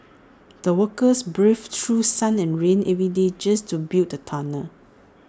the workers braved through sun and rain every day just to build the tunnel